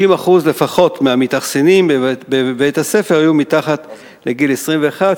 60% לפחות מהמתאכסנים בבית-הספר היו מתחת לגיל 21,